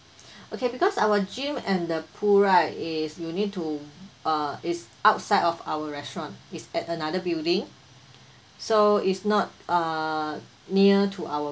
okay because our gym and the pool right is you need to uh is outside of our restaurant is at another building so is not uh near to our